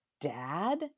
dad